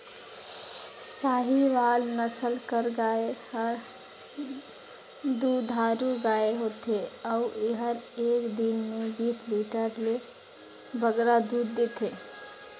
साहीवाल नसल कर गाय हर दुधारू गाय होथे अउ एहर एक दिन में बीस लीटर ले बगरा दूद देथे